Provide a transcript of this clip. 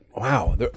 Wow